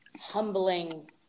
humbling